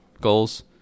goals